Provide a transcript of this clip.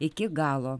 iki galo